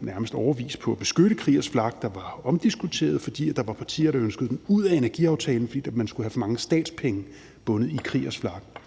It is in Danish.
nærmest i årevis brugte tid på at beskytte Kriegers Flak, der var omdiskuteret, fordi der var partier, der ønskede den ud af energiaftalen, fordi man skulle have for mange statspenge bundet i Kriegers Flak.